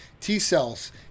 T-cells